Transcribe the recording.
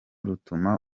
rutuma